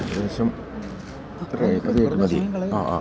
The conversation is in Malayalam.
ഏകദേശം അത്രയും അത് മതി ആ ആ ആ